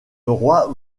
roi